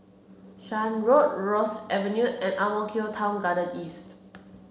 Shan Road Rosyth Avenue and Ang Mo Kio Town Garden East